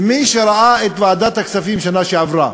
מי שראה את ועדת הכספים בשנה שעברה,